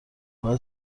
باید